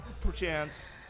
perchance